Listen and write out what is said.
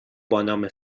بانام